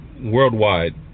worldwide